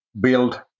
build